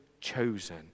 chosen